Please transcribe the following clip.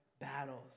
battles